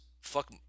fuck